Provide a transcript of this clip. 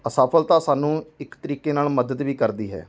ਅਸਫਲਤਾ ਸਾਨੂੰ ਇੱਕ ਤਰੀਕੇ ਨਾਲ ਮਦਦ ਵੀ ਕਰਦੀ ਹੈ